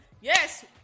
yes